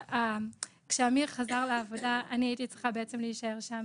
כשאמיר חזר לעבודה הייתי בעצם צריכה להישאר שם.